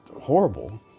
horrible